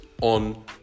on